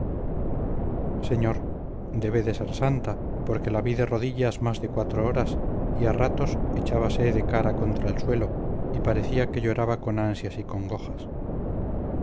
señor debe de ser santa porque la vi de rodillas más de cuatro horas y a ratos echábase de cara contra el suelo y parecía que lloraba con ansias y congojas